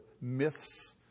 myths